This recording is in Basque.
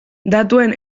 datuen